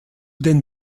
den